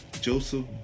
Joseph